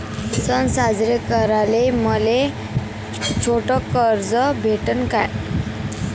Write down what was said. सन साजरे कराले मले छोट कर्ज भेटन का?